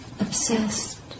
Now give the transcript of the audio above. obsessed